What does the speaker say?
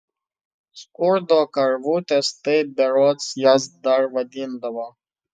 skurdo karvutės taip berods jas dar vadindavo